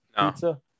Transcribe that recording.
pizza